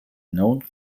known